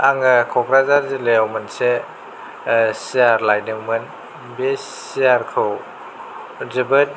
आङो कक्राझार जिल्लाआव मोनसे सियार लायदोंमोन बे सियारखौ जोबोद